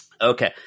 okay